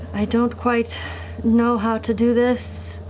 i don't quite know how to do this.